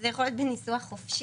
זה יכול להיות בניסוח חופשי.